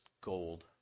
gold